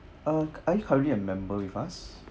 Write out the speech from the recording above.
ah are you currently a member with us